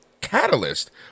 catalyst